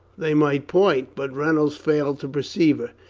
they might point but reynolds failed to perceive her.